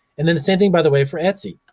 and then the same thing, by the way, for etsy.